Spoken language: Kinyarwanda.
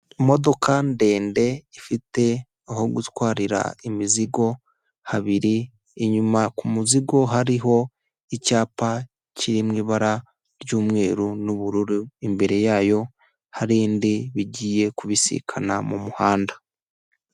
imodoka ndende ifite aho gutwarira imizigo habiri, inyuma ku muzigo hariho icyapa kiri mu ibara ry'umweru n'ubururu, imbere yayo hari indi bigiye kubisikana mu muhanda.